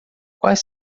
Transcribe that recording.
quais